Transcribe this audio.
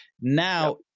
Now